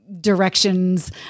directions